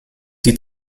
die